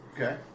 Okay